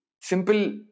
simple